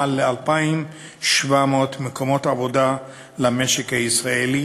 מ-2,700 מקומות עבודה למשק הישראלי,